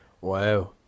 Wow